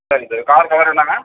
சரி sir car cover என்னங்க